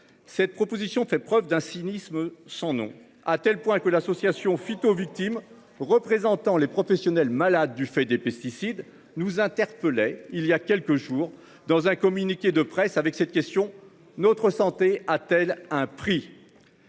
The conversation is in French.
Cette proposition fait preuve d'un cynisme sans nom, à tel point que l'association phyto Victimes représentant les professionnels malade du fait des pesticides nous interpellait il y a quelques jours dans un communiqué de presse avec cette question, notre santé a-t-elle un prix.